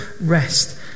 rest